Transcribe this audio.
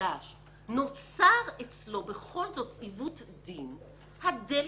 החדש נוצר אצלו בכל זאת עיוות דין, הדלת פתוחה.